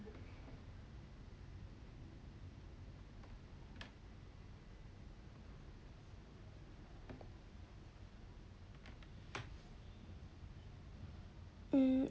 mm